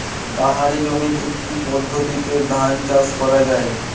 পাহাড়ী জমিতে কি পদ্ধতিতে ধান চাষ করা যায়?